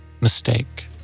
Mistake